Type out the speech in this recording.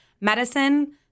medicine